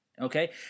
Okay